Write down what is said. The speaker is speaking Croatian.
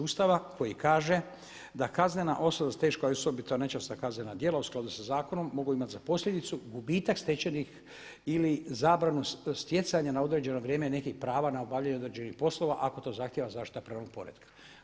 Ustava koji kaže „da kaznena osoba za teška osobito nečasna kaznena djela u skladu sa zakonom mogu imati za posljedicu gubitak stečenih ili zabranu stjecanja na određeno vrijeme nekih prava na obavljanje određenih poslova ako to zahtijeva zaštita pravnog poretka“